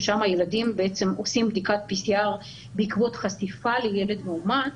ששם הילדים עושים בדיקת PCR בעקבות חשיפה לילד מאומת,